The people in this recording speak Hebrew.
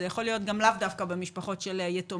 זה יכול להיות גם לאו דווקא במשפחות של יתומים.